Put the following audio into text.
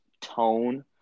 tone